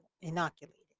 inoculated